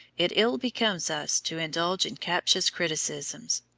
it ill becomes us to indulge in captious criticisms.